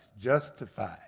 Justified